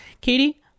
katie